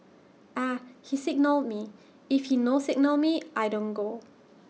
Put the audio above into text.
Ah He signal me if he no signal me I don't go